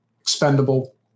expendable